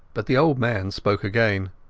but the old man spoke again.